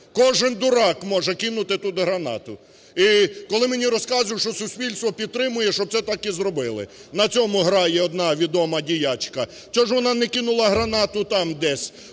Кожен дурак може кинути тут гранату. І коли мені розказують, що суспільство підтримує, щоб це так і зробили, на цьому грає одна відома діячка, чого ж вона не кинула гранату там десь,